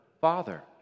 Father